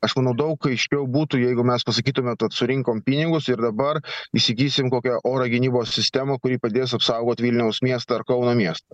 aš manau daug aiškiau būtų jeigu mes pasakytume tad surinkom pinigus ir dabar įsigysim kokią oro gynybos sistemą kuri padės apsaugot vilniaus miestą ar kauno miestą